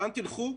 לאן תלכו?